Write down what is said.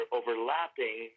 overlapping